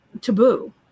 taboo